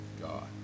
God